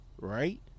right